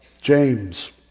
James